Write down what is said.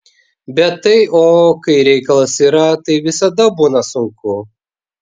bet tai o kai reikalas yra tai visada būna sunku